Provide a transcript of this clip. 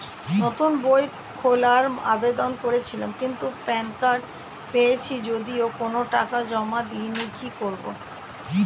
নতুন বই খোলার আবেদন করেছিলাম কিন্তু প্যান কার্ড পেয়েছি যদিও কোনো টাকা জমা দিইনি কি করব?